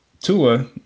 Tua